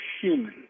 human